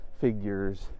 figures